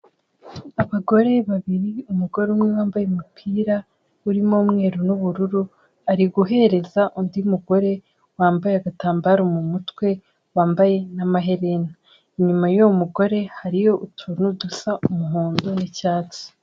Abagore babiri, umugore umwe wambaye umupira urimo umweru n'ubururu, ari guhereza undi mugore wambaye agatambaro mu mutwe wambaye n'amaherena, inyuma y'uwo mugore hariyo utuntu dusa umuhondo n'icyatsi.